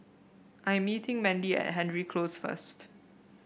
I am meeting Mandy at Hendry Close first